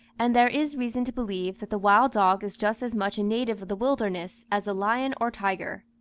and there is reason to believe that the wild dog is just as much a native of the wilderness as the lion or tiger.